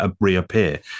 reappear